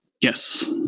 Yes